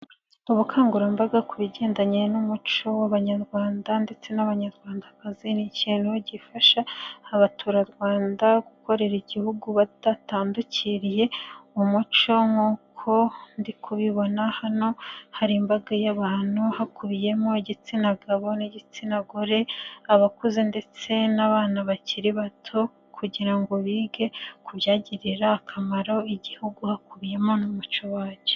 Abukangurambaga ku bigendanye n'umuco w'Abanyarwanda ndetse n'Abanyarwandakazi ni ikintu gifasha abaturarwanda gukorera Igihugu batatandukiriye umuco, nk'uko ndi kubibona hano hari imbaga y'abantu hakubiyemo igitsina gabo n'igitsina gore, abakuze ndetse n'abana bakiri bato kugira ngo bige ku byagirira akamaro Igihugu hakubiyemo n'umuco wacyo.